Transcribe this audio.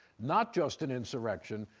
not just an insurrection.